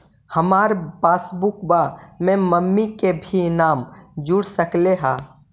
हमार पासबुकवा में मम्मी के भी नाम जुर सकलेहा?